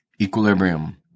Equilibrium